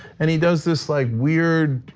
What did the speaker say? and he does this like weird,